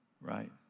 Right